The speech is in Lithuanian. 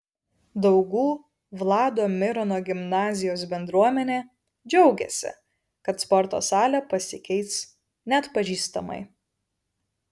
daugų vlado mirono gimnazijos bendruomenė džiaugiasi kad sporto salė pasikeis neatpažįstamai